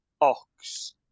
Ox